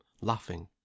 laughing